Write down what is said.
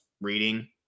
reading